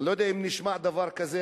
אני לא יודע אם נשמע דבר כזה,